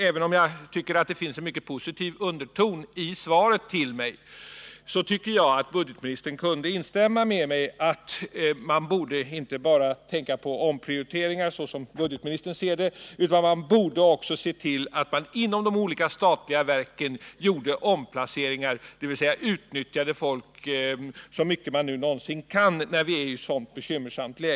Även om det finns en positiv underton i svaret till mig, tycker jag att budgetministern kunde instämma med mig i uppfattningen att man inte bara borde tänka på omprioriteringar — som budgetministern ser det — utan också borde uttala att det inom olika statliga verk görs omplaceringar, dvs. att man utnyttjar folk så mycket man någonsin kan när läget är så bekymmersamt.